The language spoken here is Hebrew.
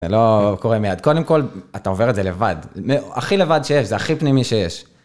זה לא קורה מיד. קודם כל, אתה עובר את זה לבד. הכי לבד שיש, זה הכי פנימי שיש.